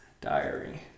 diary